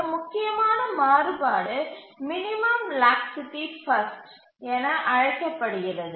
ஒரு முக்கியமான மாறுபாடு மினிமம் லாக்சிட்டி பஸ்ட் என அழைக்கப்படுகிறது